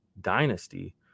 Dynasty